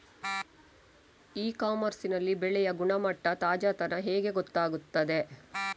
E commerce ನಲ್ಲಿ ಬೆಳೆಯ ಗುಣಮಟ್ಟ, ತಾಜಾತನ ಹೇಗೆ ಗೊತ್ತಾಗುತ್ತದೆ?